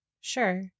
Sure